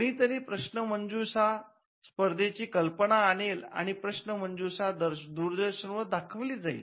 कुणीतरी प्रश्न मंजुषा स्पर्धेची कल्पना आणेल आणि प्रश्न मंजुषा दूरदर्शन वर दाखविली जाईल